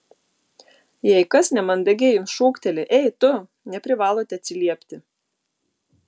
jei kas nemandagiai jums šūkteli ei tu neprivalote atsiliepti